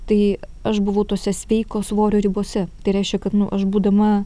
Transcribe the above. tai aš buvau tose sveiko svorio ribose tai reiškia kad nu aš būdama